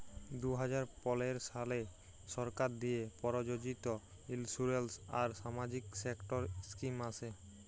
দু হাজার পলের সালে সরকার দিঁয়ে পরযোজিত ইলসুরেলস আর সামাজিক সেক্টর ইস্কিম আসে